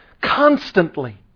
constantly